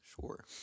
Sure